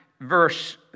verse